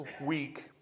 week